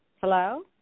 Hello